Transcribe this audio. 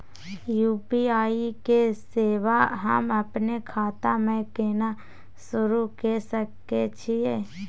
UPI के सेवा हम अपने खाता म केना सुरू के सके छियै?